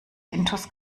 intus